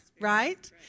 Right